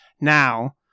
Now